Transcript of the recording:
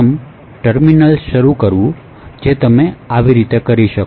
પ્રથમ ટર્મિનલ શરૂ કરવું તમે તેને આની જેમ કરી શકો